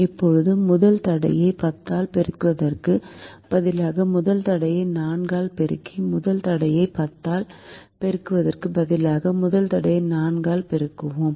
இப்போது முதல் தடையை 10 ஆல் பெருக்குவதற்கு பதிலாக முதல் தடையை 4 ஆல் பெருக்கி முதல் தடையை 10 ஆல் பெருக்குவதற்கு பதிலாக முதல் தடையை 4 ஆல் பெருக்குவோம்